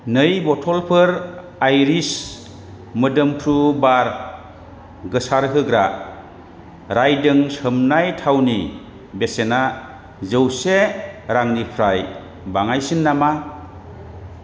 नै बथलफोर आइरिस मोदोम्फ्रु बार गोसारहोग्रा राइदों सोमनाय थावनि बेसेना जौसे रांनिफ्राय बाङायसिन नामा